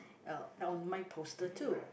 uh on my poster too